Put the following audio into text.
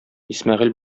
исмәгыйль